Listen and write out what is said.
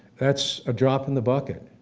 that's a drop in the bucket,